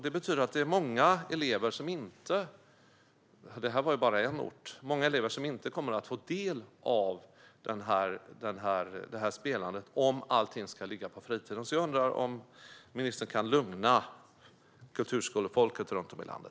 Detta är bara en ort, men sett till hela Sverige är det många elever som inte kommer att få del av kulturskoleverksamheten om allt ska ligga på fritiden. Kan ministern lugna kulturskolefolket runt om i landet?